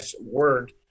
word